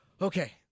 okay